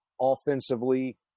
offensively